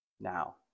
now